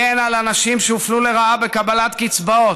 הגן על אנשים שהופלו לרעה בקבלת קצבאות,